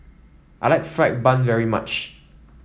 I like fried bun very much